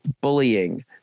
bullying